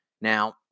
Now